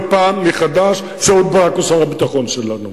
תודו כל פעם מחדש שברק הוא עוד שר הביטחון שלנו.